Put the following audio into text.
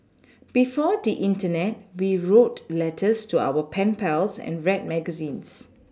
before the Internet we wrote letters to our pen pals and read magazines